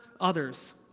others